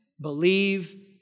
believe